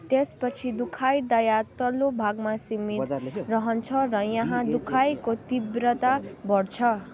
त्यसपछि दुखाइ दायाँ तल्लो भागमा सीमित रहन्छ र यहाँ दुखाइको तीव्रता बढ्छ